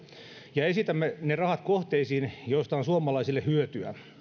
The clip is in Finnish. ja esitämme ne rahat kohteisiin joista on suomalaisille hyötyä